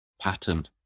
pattern